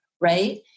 Right